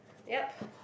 yup